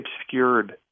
obscured